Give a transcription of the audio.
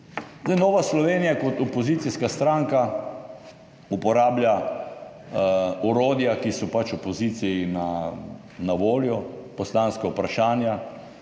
Nova Slovenija kot opozicijska stranka uporablja orodja, ki so pač opoziciji na voljo, poslanska vprašanja